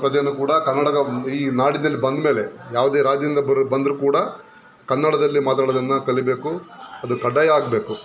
ಪ್ರಜೆಯನ್ನು ಕೂಡ ಕನ್ನಡದ ಈ ನಾಡಿನಲ್ಲಿ ಬಂದಮೇಲೆ ಯಾವುದೇ ರಾಜ್ಯದಿಂದ ಬರು ಬಂದರೂ ಕೂಡ ಕನ್ನಡದಲ್ಲಿ ಮಾತನಾಡೋದನ್ನು ಕಲಿಬೇಕು ಅದು ಕಡ್ಡಾಯ ಆಗಬೇಕು